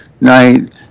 night